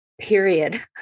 period